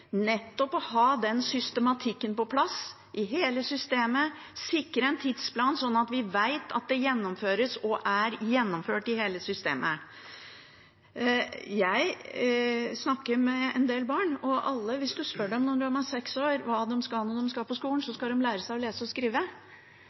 å ha den systematikken på plass, i hele systemet, og sikre en tidsplan sånn at vi vet at det gjennomføres, og er gjennomført, i hele systemet. Jeg snakker med en del barn, og hvis man spør dem når de er seks år hva de skal når de begynner på skolen,